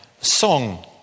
song